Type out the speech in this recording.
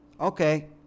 Okay